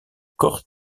kort